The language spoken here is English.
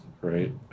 right